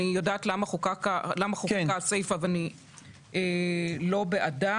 אני יודעת למה חוקקה הסיפא ואני לא בעדה,